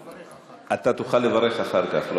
אתה תוכל לברך אחר כך,